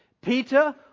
Peter